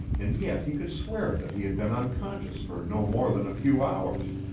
and yet he could swear that he had been unconscious for no more than a few hours.